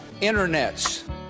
internets